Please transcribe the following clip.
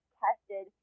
tested